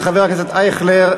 של חבר הכנסת אייכלר,